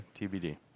TBD